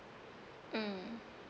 mm